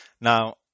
now